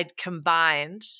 combined